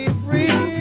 free